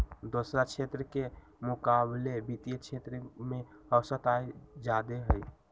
दोसरा क्षेत्र के मुकाबिले वित्तीय क्षेत्र में औसत आय जादे हई